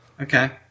Okay